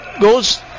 Goes